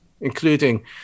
including